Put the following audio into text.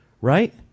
right